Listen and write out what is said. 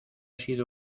sido